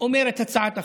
אומרת הצעת החוק?